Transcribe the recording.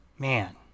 Man